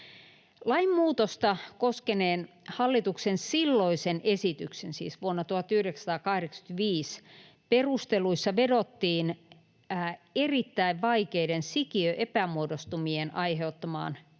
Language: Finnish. Lainmuutosta koskeneen hallituksen silloisen esityksen — siis vuonna 1985 — perusteluissa vedottiin erittäin vaikeiden sikiöepämuodostumien aiheuttamaan henkiseen